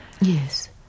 Yes